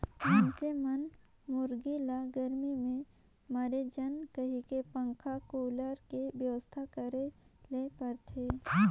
मइनसे मन मुरगी ल गरमी में मरे झेन कहिके पंखा, कुलर के बेवस्था करे ले परथे